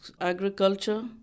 agriculture